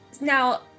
Now